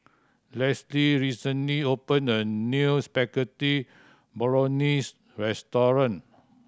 Lesli recently opened a new Spaghetti Bolognese restaurant